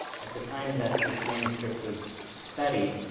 at the time that this manuscript was studied,